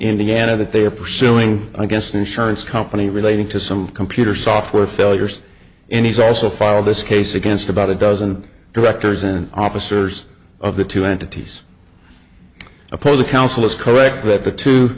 indiana that they are pursuing against insurance company relating to some computer software failures and he's also filed this case against about a dozen directors and officers of the two entities opposing counsel is correct that the two